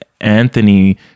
Anthony